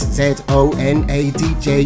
z-o-n-a-d-j